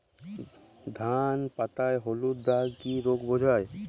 ধান পাতায় হলুদ দাগ কি রোগ বোঝায়?